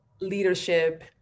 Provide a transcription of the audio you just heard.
leadership